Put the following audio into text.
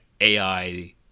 AI